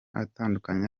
atandukanye